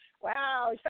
wow